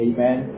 Amen